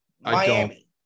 Miami